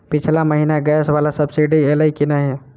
पिछला महीना गैस वला सब्सिडी ऐलई की नहि?